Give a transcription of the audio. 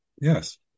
Yes